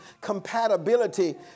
compatibility